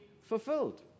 fulfilled